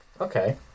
okay